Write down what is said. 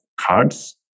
cards